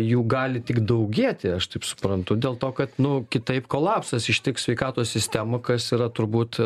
jų gali tik daugėti aš taip suprantu dėl to kad nu kitaip kolapsas ištiks sveikatos sistemą kas yra turbūt